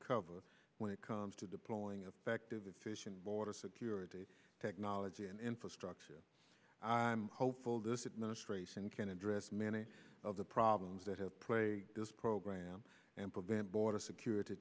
cover when it comes to deploying a protective efficient border security technology and infrastructure i'm hopeful this administration can address many of the problems that have pray this program and prevent border security